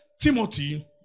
Timothy